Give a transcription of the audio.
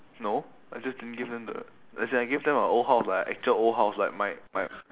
no I just didn't give them the as in I gave them a old house like a actual old house like my my